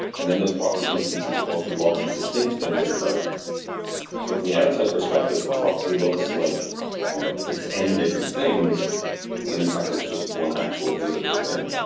and then those proxy instances talk to lots of distinct things internally so from the outside perspective, proxy looks like it's in different things when in fact it's just one actual physical thing.